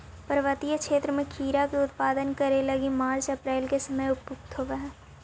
पर्वतीय क्षेत्र में खीरा के उत्पादन करे लगी मार्च अप्रैल के समय उपयुक्त होवऽ हई